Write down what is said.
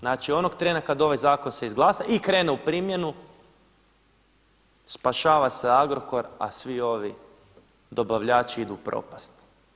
Znači onog trena kada ovaj zakon se izglasa i krene u primjenu spašava se Agrokor a svi ovi dobavljači idu u propast.